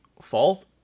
fault